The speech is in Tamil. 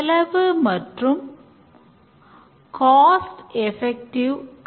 ஸ்கரம் மாஸ்டர் என்பவர் திட்ட மேலாளர்